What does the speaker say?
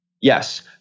Yes